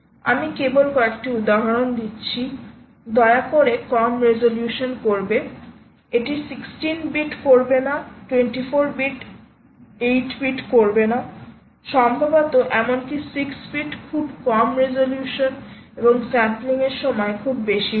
আমি কেবল কয়েকটি উদাহরণ দিচ্ছি দয়া করে কম রেজোলিউশনে করবে এটি 16 বিট করবে না 24 বিট 8 বিট করবে না সম্ভবত এমনকি 6 বিট খুব কম রেজোলিউশন এবং স্যাম্পলিংয়ের সময় খুব বেশি হয়